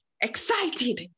excited